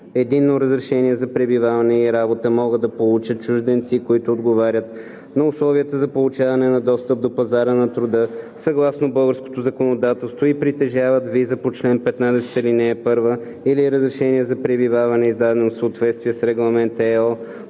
„Единно разрешение за пребиваване и работа“ могат да получат чужденци, които отговарят на условията за получаване на достъп до пазара на труда съгласно българското законодателство и притежават виза по чл. 15, ал. 1 или разрешение за пребиваване, издадено в съответствие с Регламент (ЕО)